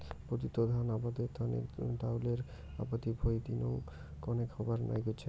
বর্ধিত ধান আবাদের তানে ডাইলের আবাদি ভুঁই দিনং কণেক হবার নাইগচে